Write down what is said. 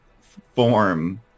Form